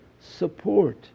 support